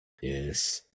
Yes